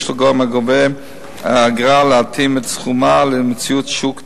לגורם הגובה אגרה להתאים את סכומה למציאות שוק דינמית,